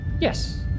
Yes